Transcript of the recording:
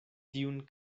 tiun